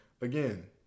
again